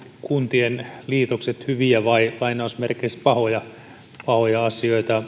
kuntien liitokset hyviä vai lainausmerkeissä pahoja asioita